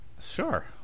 Sure